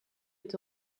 est